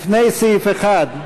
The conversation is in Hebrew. לפני סעיף 1,